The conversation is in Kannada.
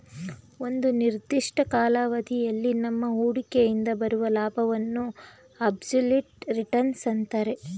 ಒಂದು ನಿರ್ದಿಷ್ಟ ಕಾಲಾವಧಿಯಲ್ಲಿ ನಮ್ಮ ಹೂಡಿಕೆಯಿಂದ ಬರುವ ಲಾಭವನ್ನು ಅಬ್ಸಲ್ಯೂಟ್ ರಿಟರ್ನ್ಸ್ ಅಂತರೆ